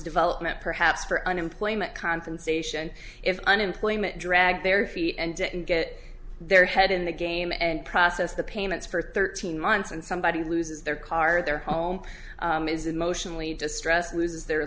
development perhaps for unemployment compensation if unemployment dragged their feet and get their head in the game and process the payments for thirteen months and somebody loses their car their home is emotionally distressed loses their